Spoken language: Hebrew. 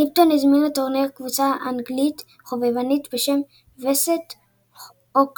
ליפטון הזמין לטורניר קבוצה אנגלית חובבנית בשם וסט אוקלנד.